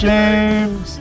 James